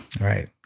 right